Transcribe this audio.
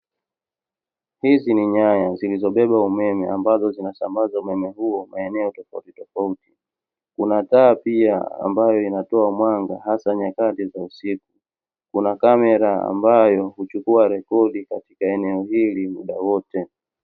Hizi ni nyaya zilizobeba umeme ambazo zinasambaza umeme huo maeneo tofautitofauti. Kuna taa pia ambayo inatoa mwanga hasa nyakati za usiku. Kuna kamera ambayo huchukua rekodi katika eneo hili muda wote.